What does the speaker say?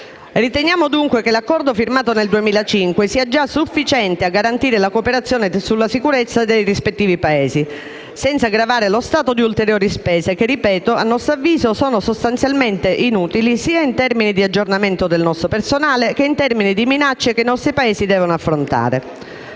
Riteniamo dunque che l'accordo firmato nel 2005 sia già sufficiente a garantire la cooperazione sulla sicurezza dei rispettivi Paesi, senza aggravare lo Stato di ulteriori spese che - ripeto - a nostro avviso sono sostanzialmente inutili in termini sia di aggiornamento del nostro personale, che di minacce che il nostro Paese deve affrontare.